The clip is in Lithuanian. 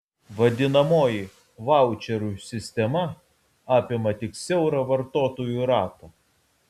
vadinamoji vaučerių sistema apima tik siaurą vartotojų ratą